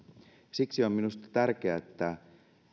siksi on minusta tärkeää että